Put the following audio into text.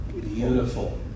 beautiful